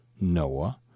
Noah